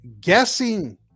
guessing